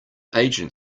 agent